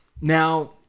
Now